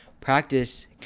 practice